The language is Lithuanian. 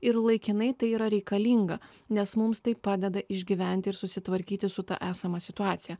ir laikinai tai yra reikalinga nes mums tai padeda išgyventi ir susitvarkyti su ta esama situacija